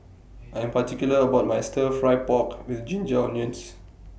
I Am particular about My Stir Fry Pork with Ginger Onions